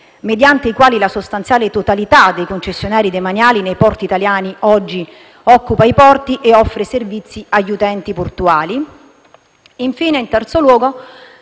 mediante i quali la sostanziale totalità dei concessionari demaniali nei porti italiani oggi occupa i porti e offre servizi agli utenti portuali, infine, in terzo luogo,